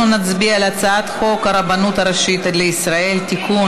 אנחנו נצביע על הצעת חוק הרבנות הראשית לישראל (תיקון,